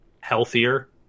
healthier